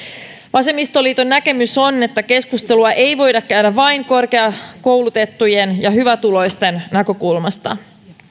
vasemmistoliiton näkemys on että keskustelua ei voida käydä vain korkeakoulutettujen ja hyvätuloisten näkökulmasta